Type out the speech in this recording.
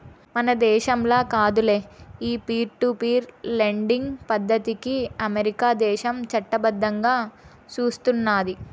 మన దేశంల కాదులే, ఈ పీర్ టు పీర్ లెండింగ్ పద్దతికి అమెరికా దేశం చట్టబద్దంగా సూస్తున్నాది